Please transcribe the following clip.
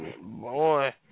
boy